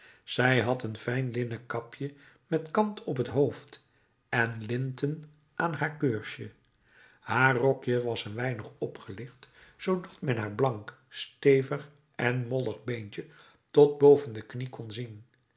zij had een fijn linnen kapje met kant op het hoofd en linten aan haar keursje haar rokje was een weinig opgelicht zoodat men haar blank stevig en mollig beentje tot boven de knie kon zien